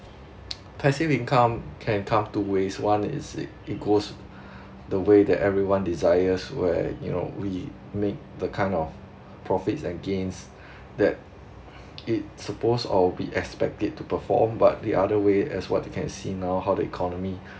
passive income can come to waste one is it it goes the way that everyone desires right you know we make the kind of profit and gains that it suppose or we expect it to perform but the other way as what you can see now how the economy